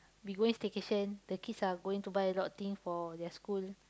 we going staycation the kids are going to buy a lot of things for their school